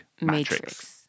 Matrix